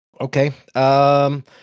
Okay